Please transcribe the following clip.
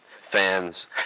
fans